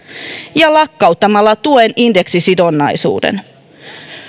ja lakkauttamalla tuen indeksisidonnaisuuden